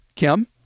Kim